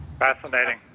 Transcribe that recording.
Fascinating